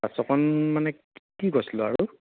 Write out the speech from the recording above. পাছৰকণ মানে কি কৈছিলোঁ আৰু